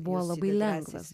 buvo labai lengvas